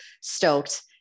stoked